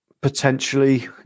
potentially